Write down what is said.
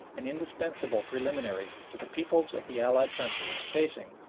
an indispensable preliminary to the peoples of the allied countries facing,